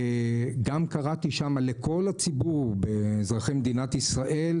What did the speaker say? קראתי לכל הציבור ואזרחי מדינת ישראל,